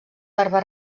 barba